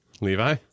Levi